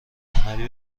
هنری